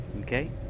Okay